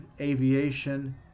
aviation